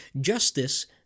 justice